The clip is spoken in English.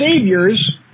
saviors